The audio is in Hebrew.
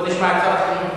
בוא נשמע את שר החינוך.